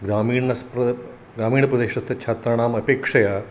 ग्रामीणस्प ग्रामीणप्रदेशस्थ छात्राणामपेक्षया